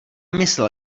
myslel